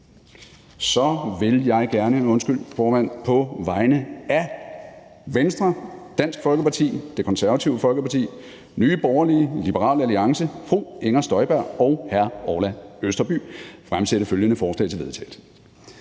Så vil jeg gerne på vegne af Venstre, Dansk Folkeparti, Det Konservative Folkeparti, Nye Borgerlige, Liberal Alliance, fru Inger Støjberg (UFG) og hr. Orla Østerby (UFG) fremsætte følgende: Forslag til vedtagelse